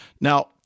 now